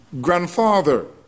grandfather